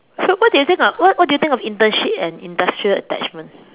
so what do you think of what do you think of internship and industrial attachment